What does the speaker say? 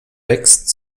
wächst